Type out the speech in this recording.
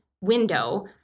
window